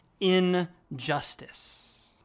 injustice